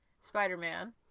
Spider-Man